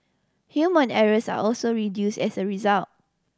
human errors are also reduce as a result